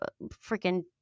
freaking